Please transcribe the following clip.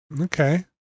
Okay